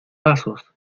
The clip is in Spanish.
pasos